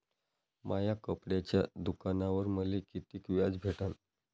माया कपड्याच्या दुकानावर मले कितीक व्याज भेटन?